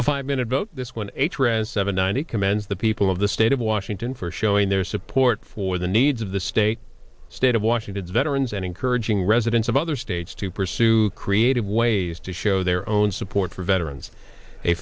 a five minute vote this one eight read seven ninety commands the people of the state of washington for showing their support for the needs of the state state of washington veterans and encouraging residents of other states to pursue creative ways to show their own support for veterans a